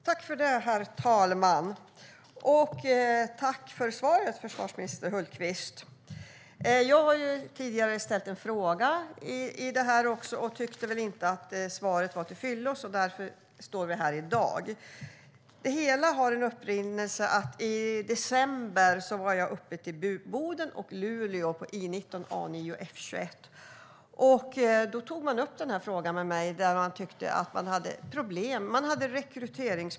Herr talman! Tack för svaret, försvarsminister Hultqvist! Jag har tidigare ställt en skriftlig fråga när det gäller det här och tyckte inte att svaret var till fyllest. Därför står vi här i dag. Upprinnelsen till det hela är att jag var i Boden och Luleå i december, på I 19, A 9 och F 21, och då tog man upp frågan om rekryteringsproblem med mig.